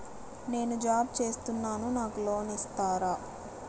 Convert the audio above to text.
నేను జాబ్ చేస్తున్నాను నాకు లోన్ ఇస్తారా?